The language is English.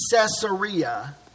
Caesarea